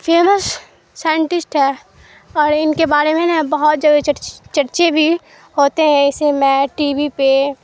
famous scientist ہے اور ان کے بارے میں نہ بہت جگہ چرچے بھی ہوتے ہیں اسے میں ٹی وی پہ